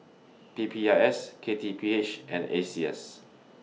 P P I S K T P H and A C S